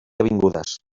avingudes